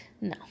No